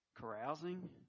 carousing